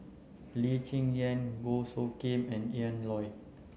Lee Cheng Yan Goh Soo Khim and Ian Loy